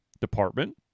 Department